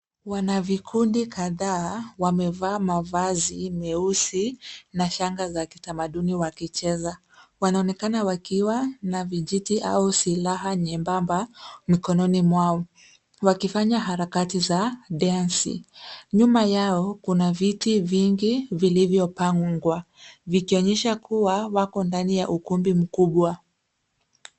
Wanavikundi kadhaa wamevaa mavazi meusi na shanga za kitamaduni wakicheza. Wanaonekana wakiwa na vijiti au silaha nyembamba mikononi mwao wakifanya harakati za densi. Nyuma yao kuna viti vingi vilivyopangwa vikionyesha kuwa wako ndani ya ukumbi mkubwa.